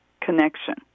connection